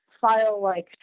file-like